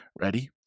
ready